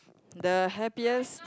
the happiest